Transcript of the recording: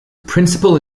principle